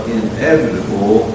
inevitable